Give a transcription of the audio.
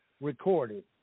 recorded